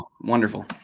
Wonderful